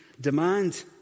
demand